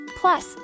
Plus